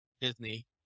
Disney